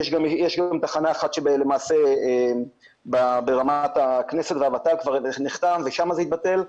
יש גם תחנה אחת שלמעשה ברמת הכנסת והוות"ל נחתמה וזה התבטל.